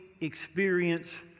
experience